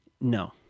No